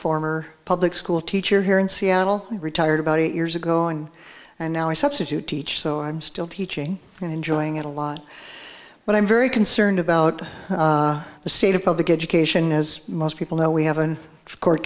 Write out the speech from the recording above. former public school teacher here in seattle retired about eight years ago and and now i substitute teach so i'm still teaching and enjoying it a lot but i'm very concerned about the state of public education as most people know we haven't co